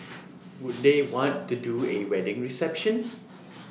would they want to do A wedding reception